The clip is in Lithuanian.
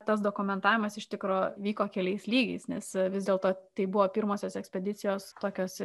tas dokumentavimas iš tikro vyko keliais lygiais nes vis dėlto tai buvo pirmosios ekspedicijos tokios